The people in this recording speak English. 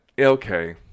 okay